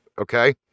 Okay